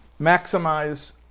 maximize